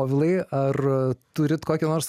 povilai ar turit kokią nors